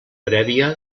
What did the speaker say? prèvia